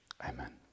amen